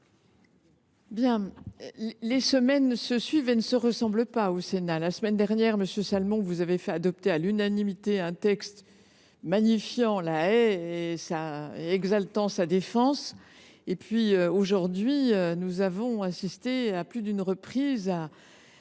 ? Les semaines se suivent et ne se ressemblent pas au Sénat ! La semaine dernière, monsieur Salmon, vous êtes parvenu à faire adopter à l’unanimité un texte magnifiant la haie et exaltant sa défense ; aujourd’hui,, nous avons assisté à plusieurs reprises à